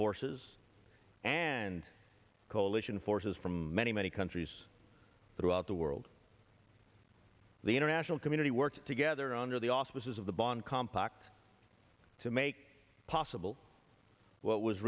forces and coalition forces from many many countries throughout the world the international community worked together under the auspices of the bonn compact to make possible what was